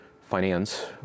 finance